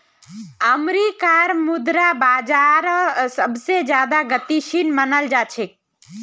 अमरीकार मुद्रा बाजार सबसे ज्यादा गतिशील मनाल जा छे